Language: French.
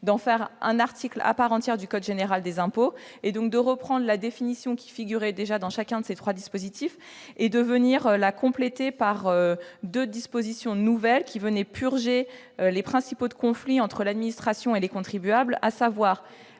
d'en faire un article à part entière du code général des impôts, en reprenant la définition qui figurait déjà dans chacun de ces trois dispositifs et en la complétant par deux dispositions nouvelles, afin de purger les principaux conflits entre l'administration fiscale et le contribuable. Il